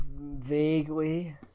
Vaguely